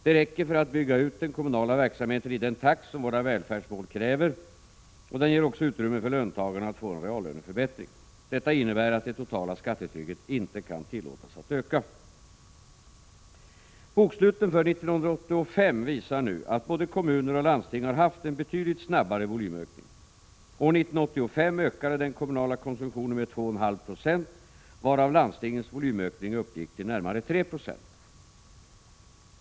Det räcker för att bygga ut den kommunala verksamheten i den takt som våra välfärdsmål kräver, och det ger också utrymme för löntagarna att få en reallöneförbättring. Detta innebär att det totala skattetrycket inte kan tillåtas att öka. Boksluten för 1985 visar nu att både kommuner och landsting har haft en betydligt snabbare volymökning. År 1985 ökade den kommunala konsumtionen med 2,5 26, varav landstingens volymökning uppgick till närmare 3 96.